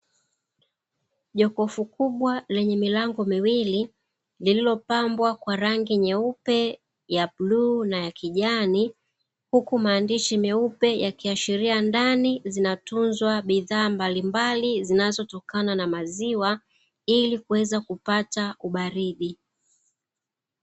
Jokofu kubwa lenye milango miwili lililopambwa kwa rangi nyeupe, ya bluu na kijani huku maandishi meupe yakiashiria ndani zinatunzwa bidhaa mbalimbali zinazotokana na maziwa ili kuweza kupata ubaridi.